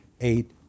eight